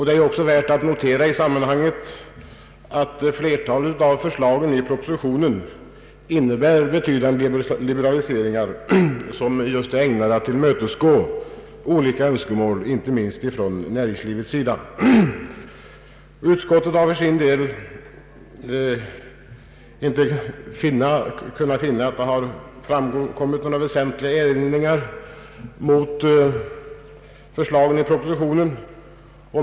Det är också värt att notera i sammanhanget, att flertalet av förslagen i propositionen innebär betydande liberaliseringar som just är ägnade att tillmötesgå olika önskemål, inte minst från näringslivets sida. Utskottet har för sin del inte kunnat finna att det har framkommit några väsentliga erinringar mot förslagen i propositionen.